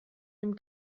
dem